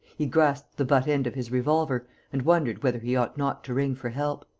he grasped the butt-end of his revolver and wondered whether he ought not to ring for help.